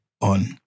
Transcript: on